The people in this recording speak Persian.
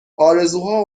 آرزوها